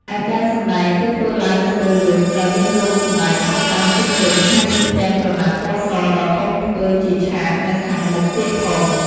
ឯការសម្តែងគឺធ្វើឡើងនៅពេលយប់ ដោយមានរោងសម្តែងបិទបាំងជុំវិញ ហើយមានផ្ទាំងក្រណាត់ពណ៌សដ៏ធំធ្វើជាឆាកនៅខាងមុខទៀតផង។